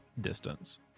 distance